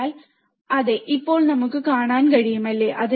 അതിനാൽ അതെ ഇപ്പോൾ നമുക്ക് കാണാൻ കഴിയും അല്ലേ